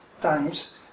times